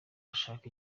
ashaka